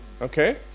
Okay